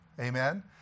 Amen